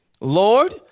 Lord